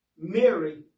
Mary